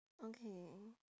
okay